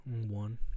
One